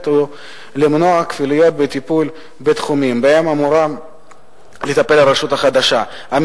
ולמנוע כפילויות בטיפול בתחומים שבהם הרשות החדשה אמורה לטפל,